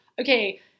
okay